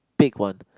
big one